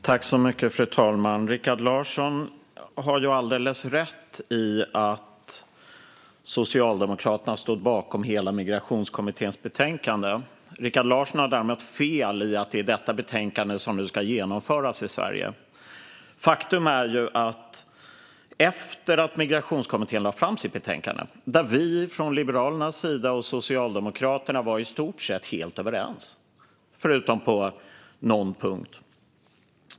Fru talman! Rikard Larsson har alldeles rätt i att Socialdemokraterna stod bakom hela Migrationskommitténs betänkande. Rikard Larsson har däremot fel i att det är detta betänkande som nu ska genomföras i Sverige. I det betänkandet var Liberalerna och Socialdemokraterna i stort sett helt överens, förutom på någon punkt.